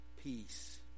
peace